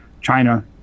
China